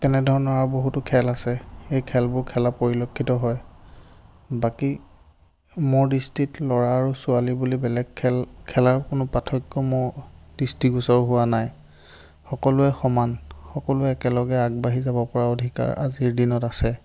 তেনে ধৰণৰ আৰু বহুতো খেল আছে সেই খেলবোৰ খেলা পৰিলক্ষিত হয় বাকী মোৰ দৃষ্টিত ল'ৰা আৰু ছোৱালী বুলি বেলেগ খেল খেলাৰ কোনো পাৰ্থক্য মোৰ দৃষ্টিগোচৰ হোৱা নাই সকলোৱে সমান সকলোৱে একেলগে আগবাঢ়ি যাব পৰাৰ অধিকাৰ আজিৰ দিনত আছে